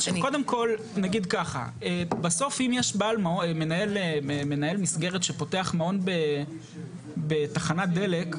אם יש מנהל מסגרת שפותח מעון בתחנת דלק,